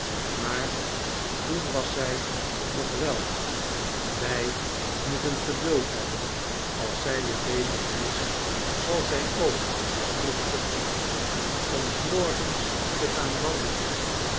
maar toen was zij nog wel wij moeten geduld hebben als zij weer beter is zal zij ook weer vroeg opstaan om s morgens te gaan wandelen